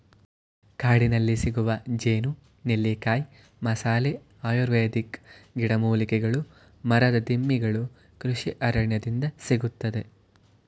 ಕಾಡಿನಲ್ಲಿಸಿಗುವ ಜೇನು, ನೆಲ್ಲಿಕಾಯಿ, ಮಸಾಲೆ, ಆಯುರ್ವೇದಿಕ್ ಗಿಡಮೂಲಿಕೆಗಳು ಮರದ ದಿಮ್ಮಿಗಳು ಕೃಷಿ ಅರಣ್ಯದಿಂದ ಸಿಗುತ್ತದೆ